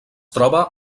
troba